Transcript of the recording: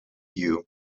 you